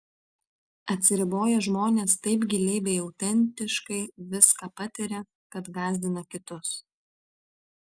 atsiriboję žmonės taip giliai bei autentiškai viską patiria kad gąsdina kitus